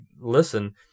listen